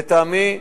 לטעמי,